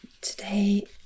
today